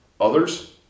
others